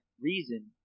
reason